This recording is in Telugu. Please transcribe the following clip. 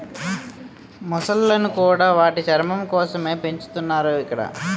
మొసళ్ళను కూడా వాటి చర్మం కోసమే పెంచుతున్నారు ఇక్కడ